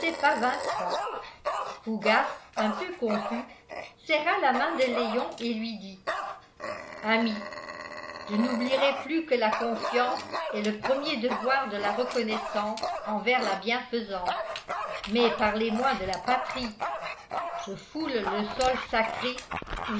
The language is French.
vingt francs fougas un peu confus serra la main de léon et lui dit ami je n'oublierai plus que la confiance est le premier devoir de la reconnaissance envers la bienfaisance mais parlez-moi de la patrie je foule le sol sacré